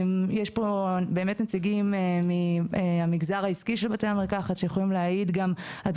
יש פה נציגים מהמגזר העסקי של בתי המרקחת שיכולים להעיד עד